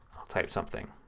i'll type something.